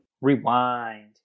Rewind